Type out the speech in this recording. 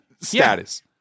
status